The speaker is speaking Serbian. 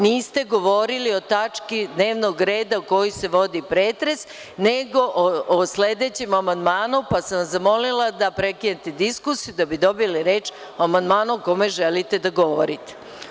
Niste govorili o tački dnevnog reda o kojoj se vodi pretres, nego o sledećem amandmanu, pa sam vas zamolila da prekinete diskusiju da bi dobili reč o amandmanu na koji želite da govorite.